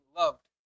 loved